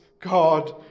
God